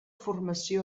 formació